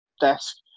desk